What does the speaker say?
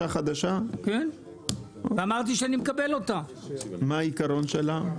מי ששייך לתקשורת פה?